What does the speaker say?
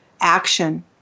action